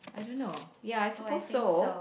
I don't know ya I suppose so